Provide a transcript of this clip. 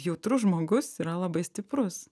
jautrus žmogus yra labai stiprus